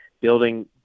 building